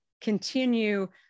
continue